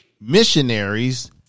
Missionaries